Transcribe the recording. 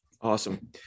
Awesome